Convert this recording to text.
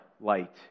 light